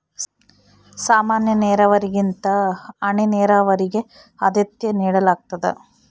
ಸಾಮಾನ್ಯ ನೇರಾವರಿಗಿಂತ ಹನಿ ನೇರಾವರಿಗೆ ಆದ್ಯತೆ ನೇಡಲಾಗ್ತದ